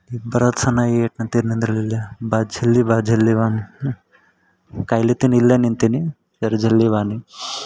ಬರಾದು ಸನಾಗಿ ಎಟ್ ನಿಂತಿ ನಿಂದಿರ್ಲ ಇಲ್ಲೆ ಬಾ ಜಲ್ದಿ ಬಾ ಜಲ್ದಿ ಬಾ ಅನ್ ಕಾಯ್ಲತ್ತೀನಿ ಇಲ್ಲೆ ನಿಂತೀನಿ ಜರ ಜಲ್ದಿ ಬಾ ನೀನು